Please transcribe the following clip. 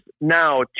now